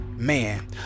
man